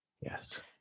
Yes